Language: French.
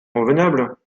convenable